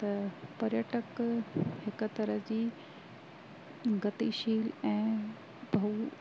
त पर्यटक हिक तरह जी गतिशील ऐं हू